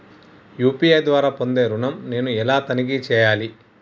UPI ద్వారా పొందే ఋణం నేను ఎలా తనిఖీ చేయాలి?